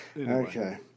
Okay